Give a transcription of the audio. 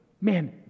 man